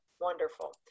Wonderful